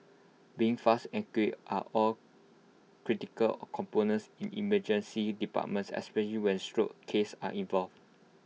being fast and accurate are all critical components in emergency departments especially when stroke cases are involved